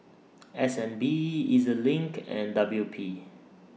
S N B E Z LINK and W P